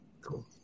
Cool